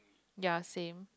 ya same